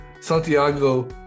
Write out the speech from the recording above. Santiago